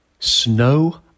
Snow